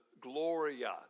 Gloria